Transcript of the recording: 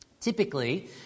Typically